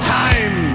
time